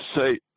say